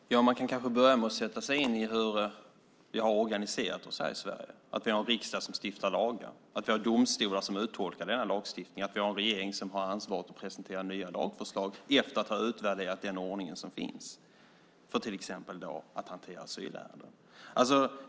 Fru talman! Man kan kanske börja med att sätta sig in i hur vi har organiserat oss här i Sverige, att vi har en riksdag som stiftar lagar, att vi har domstolar som uttolkar den lagstiftningen och att vi har en regering som har ansvaret för att presentera nya lagförslag efter att ha utvärderat den ordning som finns till exempel för att hantera asylärenden.